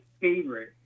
favorite